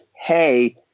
Hey